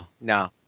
no